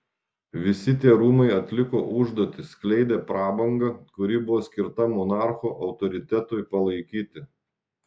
visi tie rūmai atliko užduotį skleidė prabangą kuri buvo skirta monarcho autoritetui palaikyti